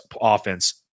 offense